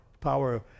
Power